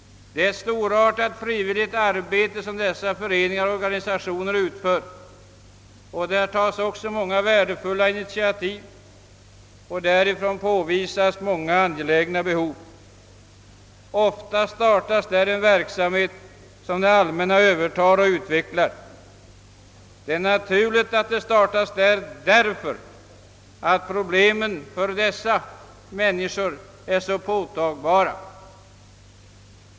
Det är ett storartat frivilligt arbete som utförs inom dessa organisationer och föreningar. Där tas många värdefulla initiativ, och många angelägna behov påvisas. Ofta startas där en verksamhet som det allmänna övertar och utvecklar. Det är naturligt att den startas där, därför att problemen för dessa människor är så påtagliga.